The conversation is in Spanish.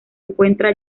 encuentra